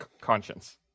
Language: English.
Conscience